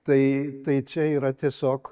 tai tai čia yra tiesiog